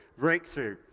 breakthrough